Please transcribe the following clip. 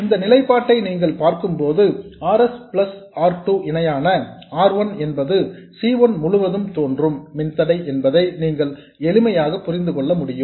இந்த நிலைப்பாட்டை நீங்கள் பார்க்கும்போது R s பிளஸ் R 2 இணையான R 1 என்பது C 1 முழுவதும் தோன்றும் மின்தடை என்பதை நீங்கள் எளிமையாக தெரிந்துகொள்ள முடியும்